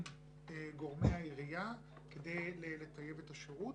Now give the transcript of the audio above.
להיפגש עם גורמי העירייה כדי לטייב את השירות.